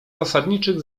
zasadniczych